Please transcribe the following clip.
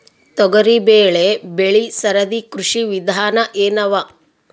ತೊಗರಿಬೇಳೆ ಬೆಳಿ ಸರದಿ ಕೃಷಿ ವಿಧಾನ ಎನವ?